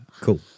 cool